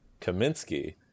Kaminsky